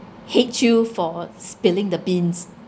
hate you for spilling the beans